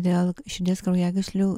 dėl širdies kraujagyslių